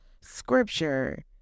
Scripture